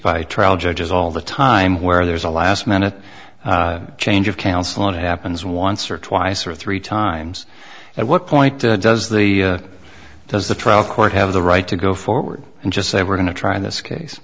by trial judges all the time where there's a last minute change of counsel and it happens once or twice or three times at what point does the does the trial court have the right to go forward and just say we're going to try this case